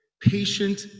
patient